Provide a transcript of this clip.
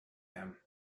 him